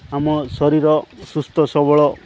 ଆମ ଶରୀର ସୁସ୍ଥ ସବଳ